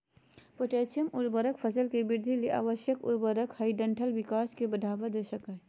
potassium उर्वरक फसल के वृद्धि ले एक आवश्यक उर्वरक हई डंठल विकास के बढ़ावा दे सकई हई